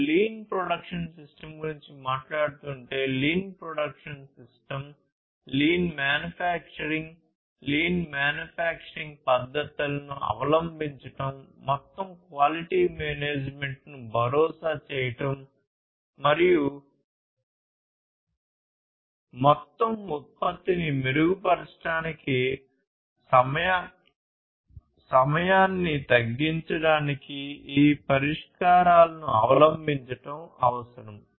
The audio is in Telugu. మేము లీన్ ప్రొడక్షన్ సిస్టమ్ గురించి మాట్లాడుతుంటే lean production system lean manufacturing lean manufacturing పద్ధతులను అవలంబించడం మొత్తం క్వాలిటీ మేనేజ్మెంట్ను భరోసా చేయడం మరియు మొత్తం ఉత్పత్తిని మెరుగుపరచడానికి సమయాన్ని తగ్గించడానికి ఈ పరిష్కారాలను అవలంబించడం అవసరం